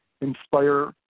inspire